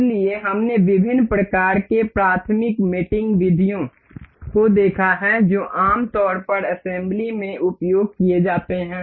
इसलिए हमने विभिन्न प्रकार के प्राथमिक मेटिंग विधियों को देखा है जो आम तौर पर असेम्बली में उपयोग किए जाते हैं